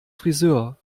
frisör